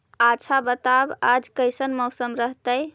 आच्छा बताब आज कैसन मौसम रहतैय?